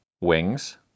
wings